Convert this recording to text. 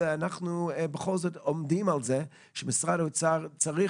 אנחנו בכל זאת עומדים על זה שמשרד האוצר צריך,